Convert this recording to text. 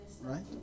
Right